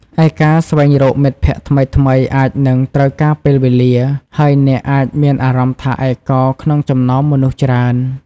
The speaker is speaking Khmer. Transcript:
ឯការស្វែងរកមិត្តភក្តិថ្មីៗអាចនឹងត្រូវការពេលវេលា ហើយអ្នកអាចមានអារម្មណ៍ថាឯកកោក្នុងចំណោមមនុស្សច្រើន។